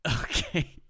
Okay